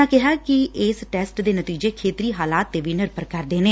ਉਨ੍ਹਾਂ ਕਿਹਾ ਕਿ ਇਸ ਟੈਸਟ ਦੇ ਨਤੀਜੇ ਖੇਤਰੀ ਹਾਲਾਤ ਤੇ ਵੀ ਨਿਰਭਰ ਕਰਦੇ ਨੇ